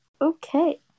okay